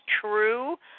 true